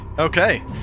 Okay